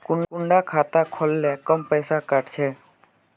कुंडा खाता खोल ले कम पैसा काट छे?